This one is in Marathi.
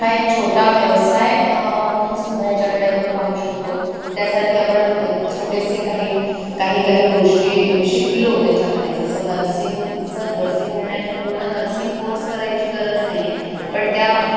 हा एक छोटा व्यवसाय म्हणूनसुद्धा याच्याकडे आपण पाहू शकतो त्यासाठी आपण छोटेसे काही काहीकाही गोष्टी शिकलो त्याच्यामध्ये जसं नर्सिंगचं नर्सिंग म्हणण्याच्या पूर्ण नर्सिंग कोर्स करायची गरज नाही आहे पण त्या